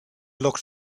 looked